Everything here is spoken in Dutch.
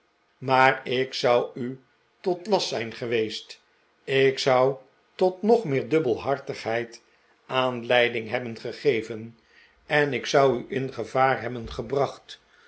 maar ik zou u tot last zijn geweest ik zou tot nog meer dubbelhartigheid aanleiding hebben gegeven ik zou u in gevaar hebben gebracht